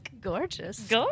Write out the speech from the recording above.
Gorgeous